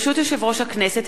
ברשות יושב-ראש הכנסת,